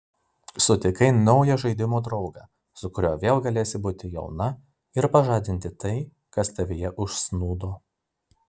sutikai naują žaidimų draugą su kuriuo vėl galėsi būti jauna ir pažadinti tai kas tavyje užsnūdo